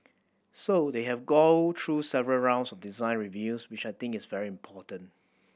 so they have go through several rounds of design reviews which I think is very important